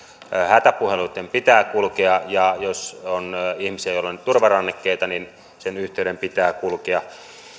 hätäpuheluitten pitää kulkea ja jos on ihmisiä joilla on turvarannekkeita niin sen yhteyden pitää kulkea